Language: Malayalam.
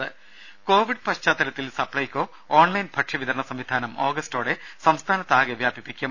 ദേദ കോവിഡ് പശ്ചാത്തലത്തിൽ സപ്ലൈകോ ഓൺലൈൻ ഭക്ഷ്യ വിതരണ സംവിധാനം ഓഗസ്റ്റോടെ സംസ്ഥാനത്താകെ വ്യാപിപ്പിക്കും